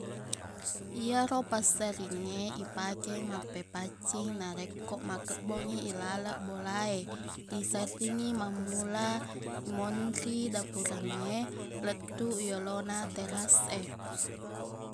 Iyaro passeringnge ipake mappepaccing narekko makebbongngi ilaleng bola e iserringngi mammula imonri dapurengnge lettuq yolona teras e